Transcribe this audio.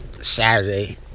Saturday